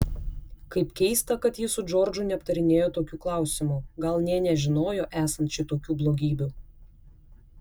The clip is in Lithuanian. kaip keista kad ji su džordžu neaptarinėjo tokių klausimų gal nė nežinojo esant šitokių blogybių